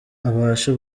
abashe